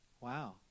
Wow